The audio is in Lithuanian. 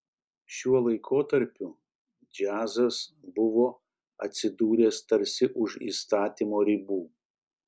šiuo laikotarpiu džiazas buvo atsidūręs tarsi už įstatymo ribų